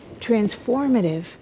transformative